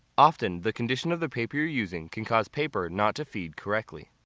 often the condition of the paper you're using can cause paper not to feed correctly.